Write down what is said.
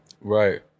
Right